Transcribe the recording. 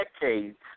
decades